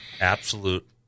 Absolute